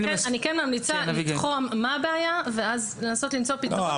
אני כן ממליצה לתחום את הבעיה ואז לנסות למצוא לה פתרון.